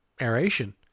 aeration